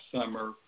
summer